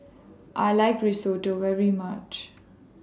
I like Risotto very much